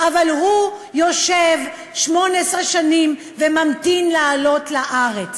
אבל הוא יושב 18 שנים וממתין לעלות לארץ.